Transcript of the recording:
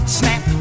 snap